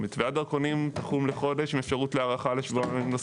מתווה הדרכונים תחום לחודש עם אפשרות להארכה לשבועיים נוספים.